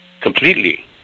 completely